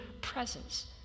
presence